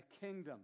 kingdom